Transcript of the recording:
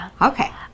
Okay